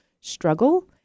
struggle